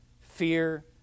fear